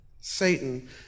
Satan